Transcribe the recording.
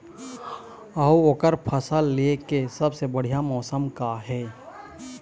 अऊ ओकर फसल लेय के सबसे बढ़िया मौसम का ये?